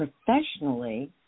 professionally